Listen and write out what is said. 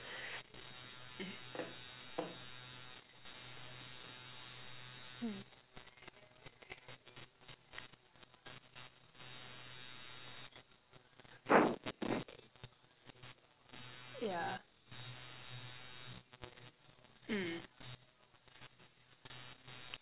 mm yeah mm